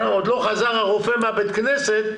הרופא עוד לא חזר מבית הכנסת,